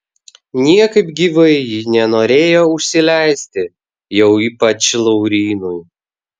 niekaip gyvai ji nenorėjo užsileisti jau ypač laurynui